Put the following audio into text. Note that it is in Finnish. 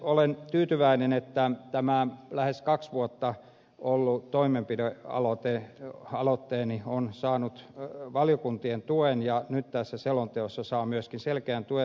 olen tyytyväinen että tämä lähes kaksi vuotta ollut toimenpidealoitteeni on saanut valiokuntien tuen ja nyt tässä selonteossa saa myöskin selkeän tuen